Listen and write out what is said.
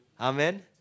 Amen